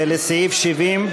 לסעיף 70,